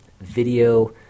video